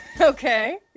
Okay